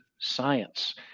science